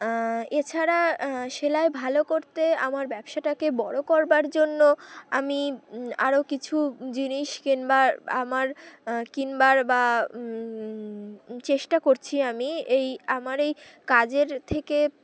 এছাড়া সেলাই ভালো করতে আমার ব্যবসাটাকে বড়ো করবার জন্য আমি আরও কিছু জিনিস কিনবারা আমার কিনবার বা চেষ্টা করছি আমি এই আমার এই কাজের থেকে